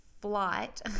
flight